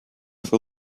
for